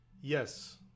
Yes